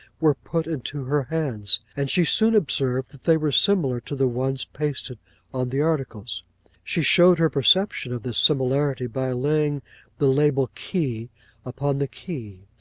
were put into her hands and she soon observed that they were similar to the ones pasted on the articles she showed her perception of this similarity by laying the label key upon the key,